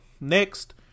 next